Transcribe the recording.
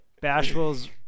Bashful's